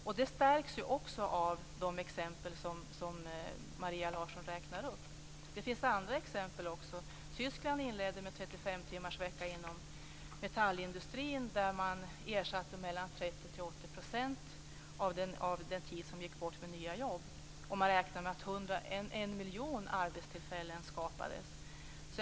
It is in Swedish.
Detta stärks också av de exempel som Maria Larsson räknade upp. Det finns andra exempel också. Tyskland inledde en 35-timmarsvecka inom metallindustrin. Där ersatte man mellan 30 % och 80 % av den tid som gick bort med nya jobb. Och man räknar med att en miljon arbetstillfällen skapades.